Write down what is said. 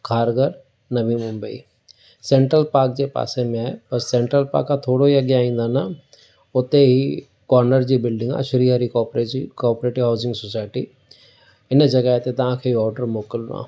Kharghar Navi Mumbai central park जे पासे में आहे बसि सेंट्रल पार्क खां थोरो ई अॻियां ईंदा न उते ही कॉरनर जी बिल्डिंग आहे श्री हरी कॉपरेजी कॉपरेटिव हाउज़िग सोसाइटी इन जॻह ते तव्हांखे ऑडर मोकिलिणो आहे